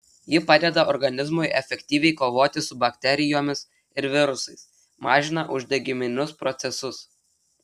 ji padeda organizmui efektyviai kovoti su bakterijomis ir virusais mažina uždegiminius procesus